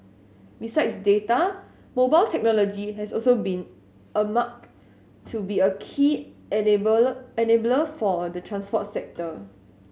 besides data mobile technology has also been earmarked to be a key enabler enabler for the transport sector